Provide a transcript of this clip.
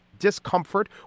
discomfort